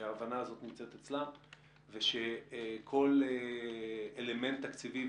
שההבנה הזאת נמצאת אצלם ושכל אלמנט תקציבי,